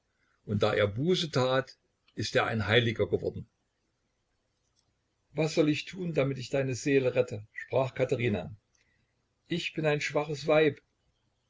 und da er buße tat ist er ein heiliger geworden was soll ich tun damit ich deine seele rette sprach katherina ich bin ein schwaches weib